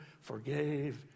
forgave